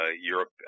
Europe